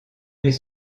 les